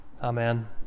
Amen